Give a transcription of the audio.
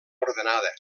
ordenada